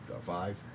five